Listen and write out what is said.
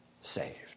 saved